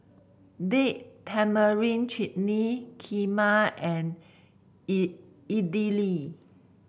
Date Tamarind Chutney Kheema and E Idili